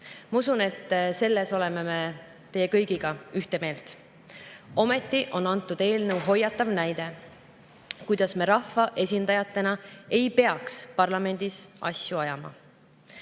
Ma usun, et selles oleme me teie kõigiga ühte meelt. Ometi on antud eelnõu hoiatav näide, kuidas me rahvaesindajatena ei peaks parlamendis asju ajama. Olgem